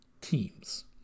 teams